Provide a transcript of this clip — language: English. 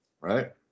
right